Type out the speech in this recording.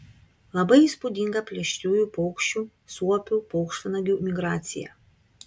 labai įspūdinga plėšriųjų paukščių suopių paukštvanagių migracija